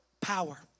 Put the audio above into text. power